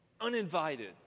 uninvited